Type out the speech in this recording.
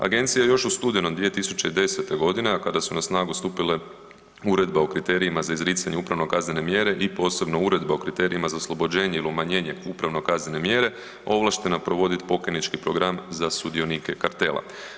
Agencija je još u studenom 2010. godine, a kada su na snagu stupile Uredba o kriterijima za izricanje upravnokaznene mjere i posebno Uredba o kriterijima za oslobođenje ili umanjenje upravnokaznene mjere ovlaštena provoditi pokajnički program za sudionike kartela.